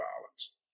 violence